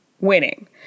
winning